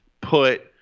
put